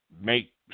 make